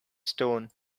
stone